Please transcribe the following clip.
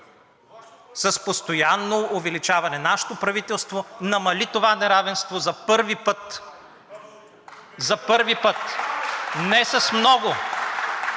с постоянно увеличаване. Нашето правителство намали това неравенство за първи път. За първи път!